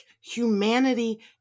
humanity